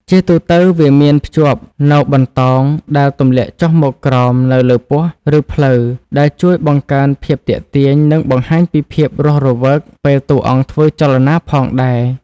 ជាទូទៅវាមានភ្ជាប់នូវបន្តោង ដែលទម្លាក់ចុះមកក្រោមនៅលើពោះ ឬភ្លៅ ដែលជួយបង្កើនភាពទាក់ទាញ និងបង្ហាញពីភាពរស់រវើកពេលតួអង្គធ្វើចលនាផងដែរ។